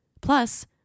Plus